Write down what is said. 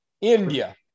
India